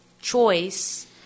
choice